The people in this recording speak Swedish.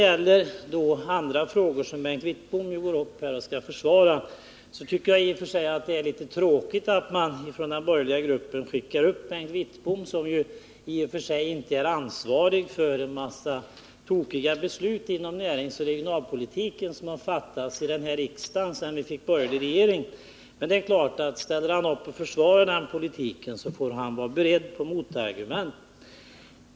Sedan vill jag säga att jag tycker att det är litet tråkigt att den borgerliga gruppen skickar upp Bengt Wittbom, som i och för sig inte är ansvarig för en massa tokiga beslut som riksdagen har fattat inom näringsoch regionalpolitiken sedan vi fick en borgerlig regering. Men det är klart att ställer han upp och försvarar den politiken så får han vara beredd på motargument.